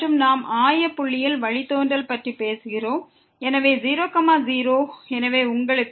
மற்றும் நாம் ஆய புள்ளியில் வழித்தோன்றல் பற்றி பேசுகிறோம் எனவே 00